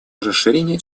расширения